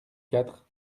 quatre